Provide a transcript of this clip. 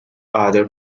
other